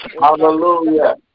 Hallelujah